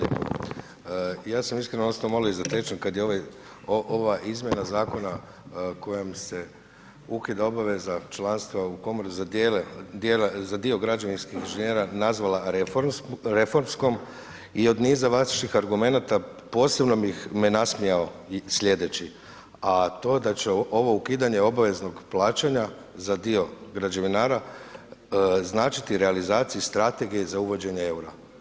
Ja sam iskreno ostao malo i zatečen kada je ova izmjena zakona kojom se ukida obveza članstva u komori za dio građevinskih inženjera nazvali reformskom i od niza vaših argumenata posebno me nasmijao sljedeći, a to da će ovo ukidanje obveznog plaćanja za dio građevinara značiti realizaciju strategije za uvođenje eura.